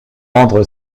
rendre